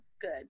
Good